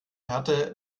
härte